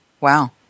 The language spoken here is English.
Wow